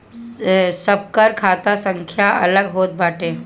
सबकर खाता संख्या अलग होत बाटे